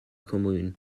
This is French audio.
commune